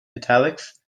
italics